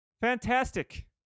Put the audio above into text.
Fantastic